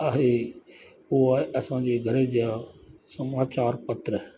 आहे उहो असांजे घरे जा समाचार पत्र